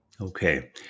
Okay